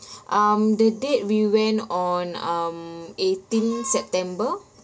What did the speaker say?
um the date we went on um eighteen september